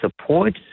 support